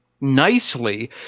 nicely